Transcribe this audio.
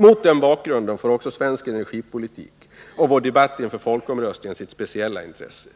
Mot den bakgrunden får också svensk energipolitik och vår debatt inför folkomröstningen sitt speciella intresse.